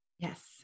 Yes